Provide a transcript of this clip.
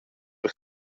per